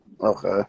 okay